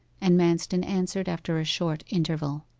and manston answered after a short interval.